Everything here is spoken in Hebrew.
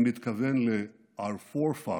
אני מתכוון ל-our forefathers,